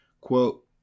Quote